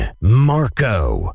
Marco